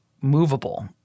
movable